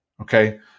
Okay